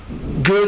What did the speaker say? good